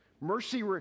Mercy